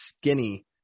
skinny